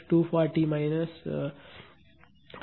8 98